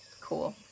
cool